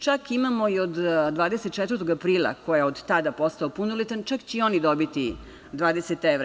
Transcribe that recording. Čak imamo i od 24. aprila, ko je od tada postao punoletan, čak će i oni dobiti 20 evra.